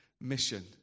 mission